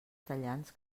tallants